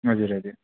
हजुर हजुर